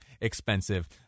expensive